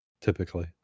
typically